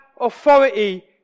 authority